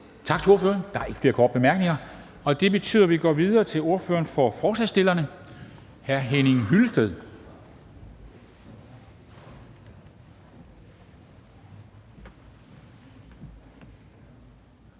Tak til ordføreren. Der er ikke flere korte bemærkninger. Det betyder, at vi går videre til ordføreren for forslagsstillerne, hr. Henning Hyllested,